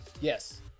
yes